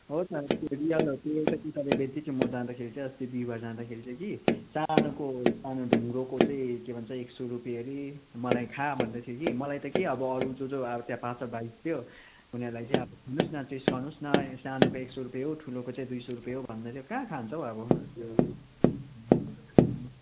हो त रियल हो त्यो एउटा केटाले बेच्दैथियो म जादाँखेरि चाहिँ अस्ति बिहीबार जादाँखेरि चाहिँ कि जाँडको सानो ढुङ्ग्रोको चाहिँ के भन्छ एक सय रुपियाँ अरे मलाई खा भन्दैथियो कि मलाई त के अब अरू जो जो अब त्यहाँ पाँच छ भाइ थियो उनीहरूलाई चाहिँ अब लिनुहोस न टेस्ट गर्नुहोस् न सानोको एक सय रुपियाँ हो ठुलोको चाहिँ दुई सय रुपियाँ हो भन्दैथियो कहाँ खान्छ हौ अब